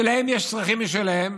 ולהן יש צרכים משלהן,